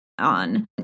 on